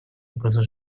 образа